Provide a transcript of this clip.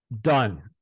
done